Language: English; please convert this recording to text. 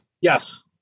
Yes